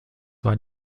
war